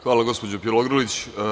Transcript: Hvala, gospođo Bjelogrlić.